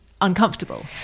uncomfortable